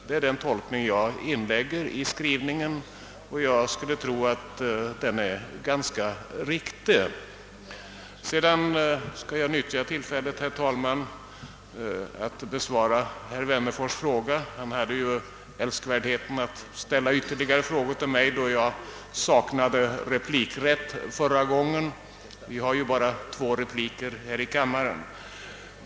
Det är den tolkning jag inlägger i skrivningen, och jag tror att den är riktig. Sedan vill jag utnyttja tillfället, herr talman, att besvara herr Wennerfors” fråga. Han hade älskvärdheten att ställa ytterligare frågor till mig då jag saknade replikrätt förra gången. Vi har ju bara två repliker här i kammaren.